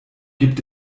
gibt